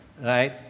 right